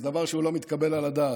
זה דבר שהוא לא מתקבל על הדעת.